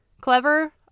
clever